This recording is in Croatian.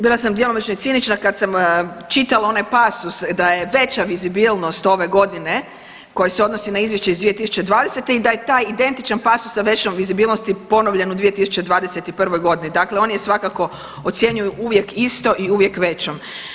Bila sam djelomično i cinična kad sam čitala onaj pasus da je veća vizibilnost ove godine koje se odnosi na izvješće iz 2020. i da je taj identičan pasus sa većom vizibilnosti ponovljen u 2021. g., dakle oni je svakako ocjenjuju uvijek isto i uvijek većom.